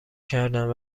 کردند